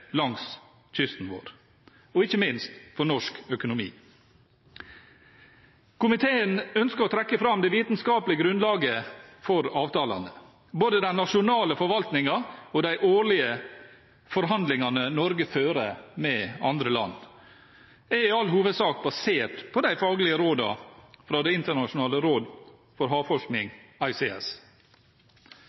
langs kysten vår – og ikke minst for norsk økonomi. Komiteen ønsker å trekke fram det vitenskapelige grunnlaget for avtalene. Både den nasjonale forvaltningen og de årlige forhandlingene Norge fører med andre land, er i all hovedsak basert på de faglige rådene fra Det internasjonale råd for havforskning,